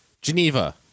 Geneva